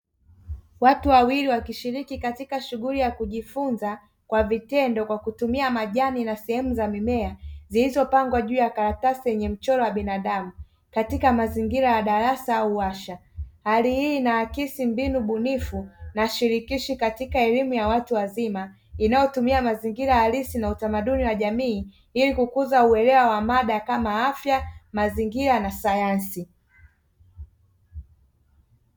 Watu wawili wakishiriki katika shughuli ya kujifunza kwa vitendo kwa kutumia majani na sehemu za mimea zilizopangwa juu ya karatasi yenye mchoro wa binadamu, katika mazingira ya darasa au warsha. Hali hii inaakisi mbinu bunifu na shirikishi katika elimu ya watu wazima inayotumia mazingira halisi na utamaduni wa jamii; ili kukuza uelewa wa mada kama afya, mazingira na sayansi.